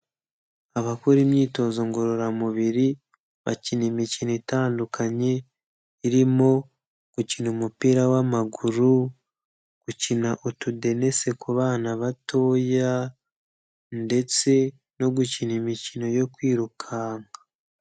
Abakora imyitozo ngororamubiri, bakina imikino itandukanye, irimo gukina umupira w'amaguru, gukina utudenese ku bana batoya ndetse no gukina imikino yo kwirukanka.